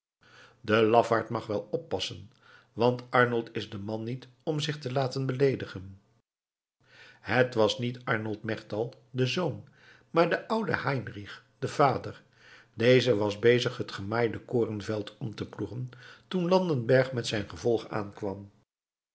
de lafaard mag wel oppassen want arnold is de man niet om zich te laten beleedigen het was niet arnold melchtal de zoon maar de oude heinrich de vader deze was bezig het gemaaide korenveld om te ploegen toen landenberg met zijn gevolg aankwam